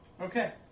Okay